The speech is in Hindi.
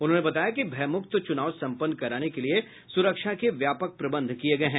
उन्होंने बताया कि भयमुक्त चुनाव सम्पन्न कराने के लिए सुरक्षा के व्यापक प्रबंध किये गये है